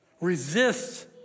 resists